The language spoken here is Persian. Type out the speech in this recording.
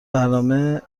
برنامه